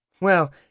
Well